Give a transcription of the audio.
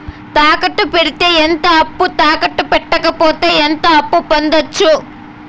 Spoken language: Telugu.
తాకట్టు పెడితే ఎంత అప్పు, తాకట్టు పెట్టకపోతే ఎంత అప్పు పొందొచ్చు?